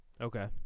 Okay